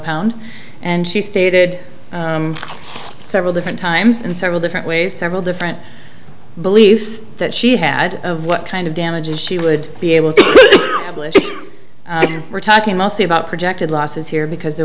pound and she stated several different times in several different ways several different beliefs that she had of what kind of damages she would be able to have we're talking mostly about projected losses here because there